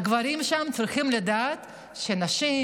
הגברים שם צריכים לדעת שהילדים,